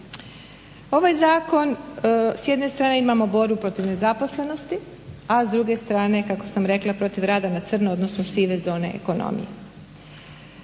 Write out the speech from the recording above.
Ovaj zakon s jedne strane imamo borbu protiv nezaposlenosti, a s druge strane kako sam rekla protiv rada na crno odnosno sive zone ekonomije.